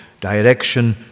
direction